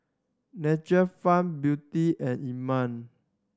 Nature Farm Beauty and